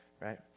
Right